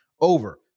over